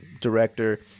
director